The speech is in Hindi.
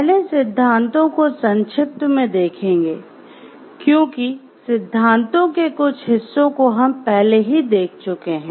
पहले सिद्धांतों को संक्षिप्त में देखेंगे क्योंकि सिद्धांतों के कुछ हिस्सों को हम पहले ही देख चुके हैं